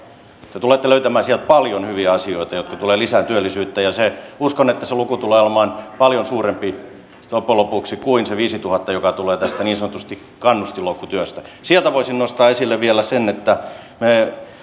te tulette löytämään sieltä paljon hyviä asioita jotka tulevat lisäämään työllisyyttä ja uskon että se luku tulee olemaan loppujen lopuksi paljon suurempi kuin se viisituhatta joka tulee tästä niin sanotusta kannustinloukkutyöstä sieltä voisin nostaa esille vielä sen että me